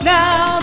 now